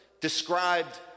described